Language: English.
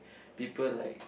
people like